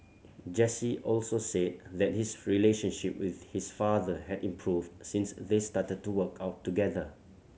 Jesse also said that his relationship with his father had improved since they started to work out together